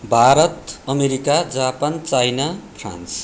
Bharat America Japan China France